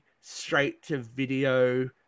straight-to-video